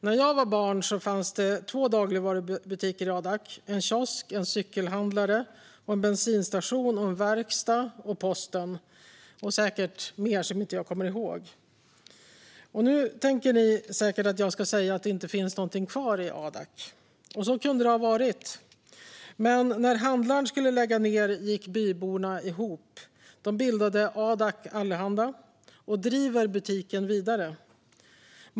När jag var barn fanns det två dagligvarubutiker i Adak, en kiosk, en cykelhandlare, en bensinstation, en verkstad och posten, och säkert mer som jag inte kommer ihåg. Nu tänker ni säkert att jag ska säga att det inte finns något kvar i Adak, och så kunde det ha varit. Men när handlaren skulle lägga ned gick byborna ihop. De bildade Adak Allehanda och driver butiken vidare.